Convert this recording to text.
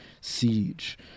Siege